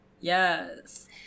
Yes